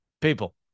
people